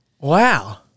Wow